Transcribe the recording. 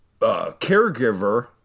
caregiver